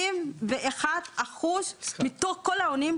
71 אחוזים מתוך כל העונים,